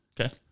Okay